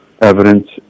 evidence